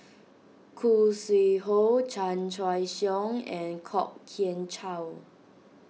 Khoo Sui Hoe Chan Choy Siong and Kwok Kian Chow